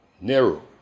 Nero